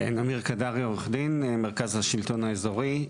אמיר קדרי עורך דין, מרכז השלטון האזורי.